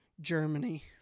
germany